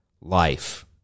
life